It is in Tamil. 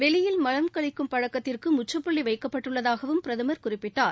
வெளியில் மலம் கழிக்கும் பழக்கத்திற்கு முற்றுப்புள்ளி வைக்கப்பட்டுள்ளதாகவும் பிரதமர் குறிப்பிட்டார்